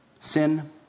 Sin